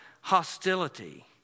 hostility